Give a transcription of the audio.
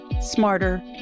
smarter